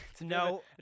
No